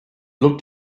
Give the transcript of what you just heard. looked